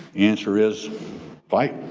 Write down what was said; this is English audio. answer is fight.